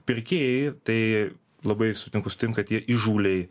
pirkėjai tai labai sutinku stinka tie įžūliai